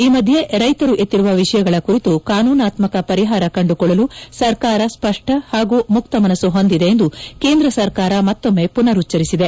ಈ ಮಧ್ಯೆ ರೈತರು ಎತ್ತಿರುವ ವಿಷಯಗಳ ಕುರಿತು ಕಾನೂನಾತ್ಮಕ ಪರಿಹಾರ ಕಂಡುಕೊಳ್ಳಲು ಸರ್ಕಾರ ಸ್ವಪ್ಷ ಹಾಗೂ ಮುಕ್ತ ಮನಸ್ತು ಹೊಂದಿದೆ ಎಂದು ಕೇಂದ್ರ ಸರ್ಕಾರ ಮತ್ತೊಮ್ತ ಪುನರುಚ್ಲರಿಸಿದೆ